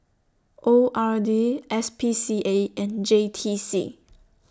O R D S P C A and J T C